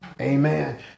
Amen